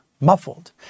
muffled